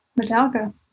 Metallica